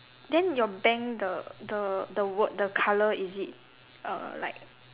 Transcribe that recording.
then your bank the the the word the colour is it uh like